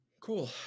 cool